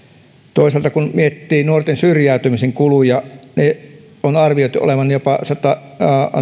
toisaalta kun miettii nuorten syrjäytymisen kuluja niiden on arvioitu olevan jopa yksi